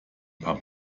paar